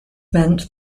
meant